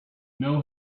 know